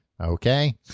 okay